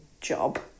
job